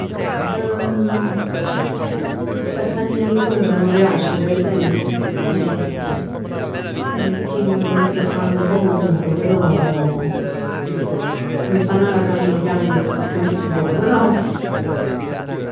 'E castang dint 'o furn m' piaceno per esempio e chell pens ca s' fann nu poc ovunque, però. Come 'e fann 'a casa mij 'e fann semp chiù bon